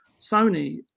Sony